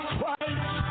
Christ